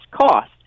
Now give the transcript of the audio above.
cost